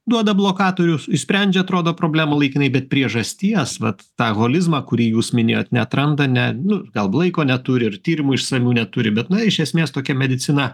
duoda blokatorius išsprendžia atrodo problemą laikinai bet priežasties vat tą holizmą kurį jūs minėjot neatranda ne nu gal laiko neturi ir tyrimui išsamių neturi bet na iš esmės tokia medicina